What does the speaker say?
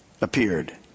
appeared